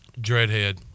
Dreadhead